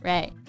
Right